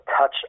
touch